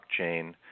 blockchain